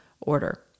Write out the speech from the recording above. order